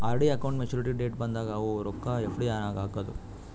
RD account maturity date ಬಂದಾಗ ಅವು ರೊಕ್ಕಾ ಎಫ್.ಡಿ ನಾಗ್ ಹಾಕದು